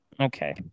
okay